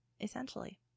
Essentially